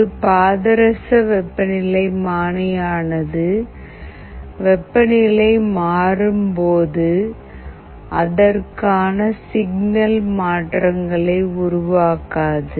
ஒரு பாதரச வெப்பநிலைமானி ஆனது வெப்ப நிலை மாறும் போது அதற்கான சிக்னல் மாற்றங்களை உருவாக்காது